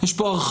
יש פה הרחבה,